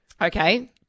Okay